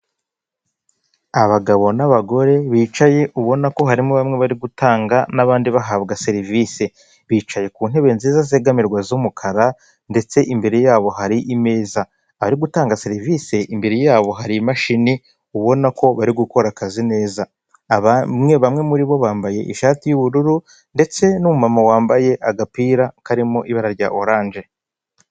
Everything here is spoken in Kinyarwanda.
Abagabo n'abagore, bicaye ubona ko harimo bamwe bari gutanga n'abandi bahabwa serivise, bicaye ku ntebe nziza zegamirwa z'umukara ndetse imbere yabo hari imeza, abari gutanga serivise, imbere yabo hari imashini, ubona ko bari gukora akazi neza, bamwe muri bo bambaye ishati y'ubururu ndetse n'umumama wambaye agapira karimo ibara rya oranje.